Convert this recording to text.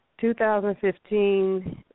2015